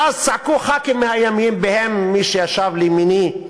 ואז צעקו חברי כנסת מהימין, ובהם מי שישב לימיני,